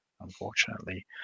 unfortunately